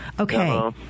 Okay